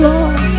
Lord